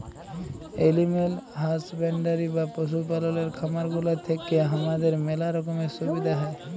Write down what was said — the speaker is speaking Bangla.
এলিম্যাল হাসব্যান্ডরি বা পশু পাললের খামার গুলা থেক্যে হামাদের ম্যালা রকমের সুবিধা হ্যয়